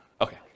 Okay